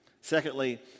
Secondly